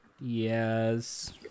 Yes